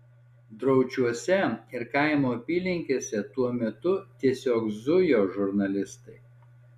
draučiuose ir kaimo apylinkėse tuo metu tiesiog zujo žurnalistai